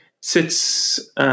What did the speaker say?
sits